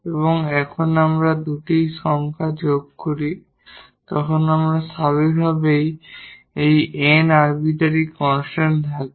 এবং যখন আমরা দুটি যোগ করি তখন আমাদের স্বাভাবিকভাবেই এই n আরবিটারি কনস্ট্যান্ট থাকবে